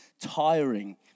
tiring